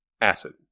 acid